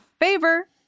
favor